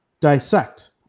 dissect